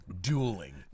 Dueling